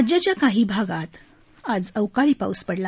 राज्याच्या काही भागात अवकाळी पाऊस पडला